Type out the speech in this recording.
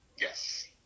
yes